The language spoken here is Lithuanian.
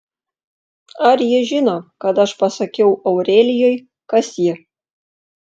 ar ji žino kad aš pasakiau aurelijui kas ji